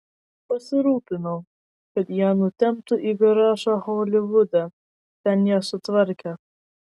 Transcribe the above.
pasirūpinau kad ją nutemptų į garažą holivude ten ją sutvarkė